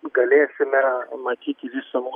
galėsime matyti visą mūsų